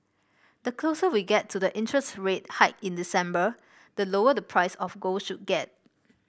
the closer we get to the interest rate hike in December the lower the price of gold should get